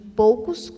poucos